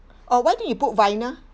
oh why don't you put vinyl